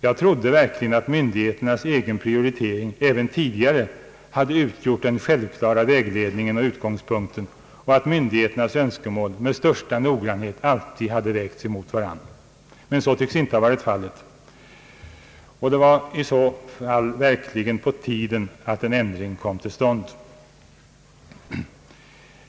Jag trodde verkligen att myndigheternas egen prioritering även tidigare hade utgjort den självklara vägledningen och utgångspunkten och att myndigheternas önskemål med största noggrannhet alltid hade vägts mot varandra. Men så tycks inte ha varit förhållandet. Det var i så fall på tiden att en ändring kom till stånd.